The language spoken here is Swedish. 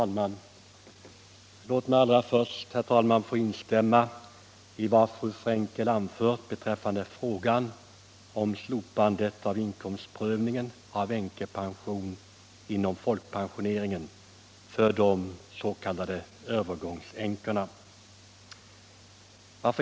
Herr talman! Först ber jag att få instämma i vad fru Frenkel anförde om slopande av inkomstprövningen när det gäller änkepension inom folkpensioneringen för de s.k. övergångsänkorna.